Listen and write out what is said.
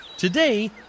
Today